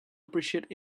appreciate